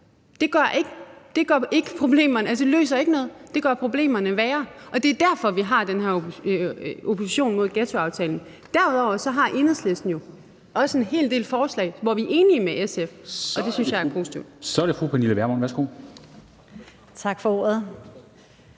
Det løser ikke problemerne; det gør problemerne værre. Det er derfor, vi har den her opposition imod ghettoaftalen. Derudover har Enhedslisten jo også en hel del forslag, hvor vi er enige med SF, og det synes jeg er positivt.